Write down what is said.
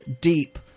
deep